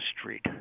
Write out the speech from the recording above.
street